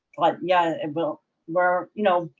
like yeah, it will we're, you know,